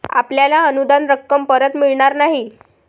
आपल्याला अनुदान रक्कम परत मिळणार नाही